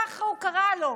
ככה הוא קרא לו,